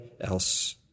else